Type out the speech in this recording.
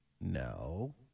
No